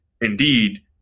indeed